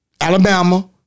Alabama